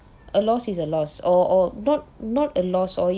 a loss is a loss or or not not a loss or